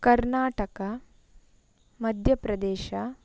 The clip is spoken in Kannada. ಕರ್ನಾಟಕ ಮಧ್ಯ ಪ್ರದೇಶ